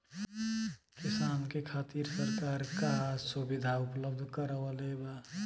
किसान के खातिर सरकार का सुविधा उपलब्ध करवले बा?